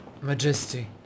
Majesty